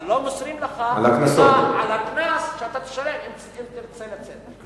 אבל לא מוסרים לך מידע על הקנס שתשלם אם תרצה לצאת.